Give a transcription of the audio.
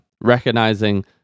recognizing